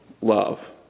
love